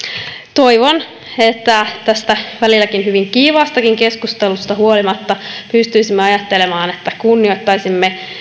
toivon että tästä välillä hyvin kiivaastakin keskustelusta huolimatta pystyisimme ajattelemaan että kunnioittaisimme